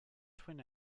twin